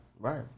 Right